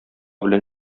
белән